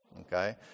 Okay